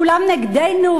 כולם נגדנו,